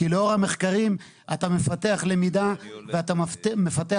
כי לאור המחקרים אתה מפתח למידה ואתה מפתח